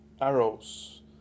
arrows